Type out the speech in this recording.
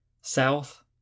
South